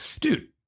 dude